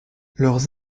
leurs